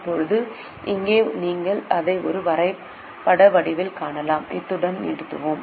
இப்போது இங்கே நீங்கள் அதை ஒரு வரைபட வடிவில் காணலாம் இத்துடன் நிறுத்துவோம்